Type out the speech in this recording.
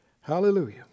Hallelujah